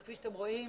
כפי אתם רואים,